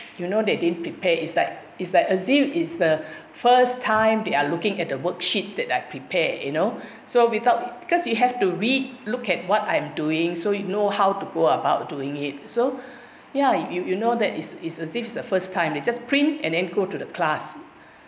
you know they didn't prepare it's like it's like as if is the first time they are looking at the worksheets that I prepared you know so without because you have to read look at what I'm doing so you know how to go about doing it so ya you you you know that is is as if first time they just print and and go to the class